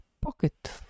pocket